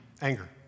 anger